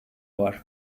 var